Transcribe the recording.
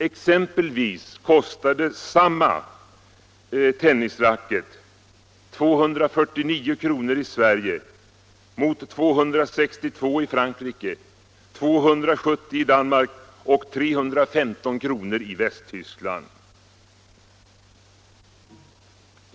Exempelvis kostade samma tennisracket 249 kr. i Sverige mot 262 i Frankrike, 272 i Danmark och 315 i Västtyskland.